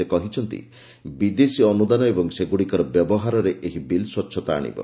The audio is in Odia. ସେ କହିଛନ୍ତି ବିଦେଶୀ ଅନୁଦାନ ଓ ସେଗୁଡ଼ିକର ବ୍ୟବହାରରେ ଏହି ବିଲ୍ ସ୍ପଚ୍ଛତା ଆଣିବ